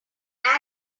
came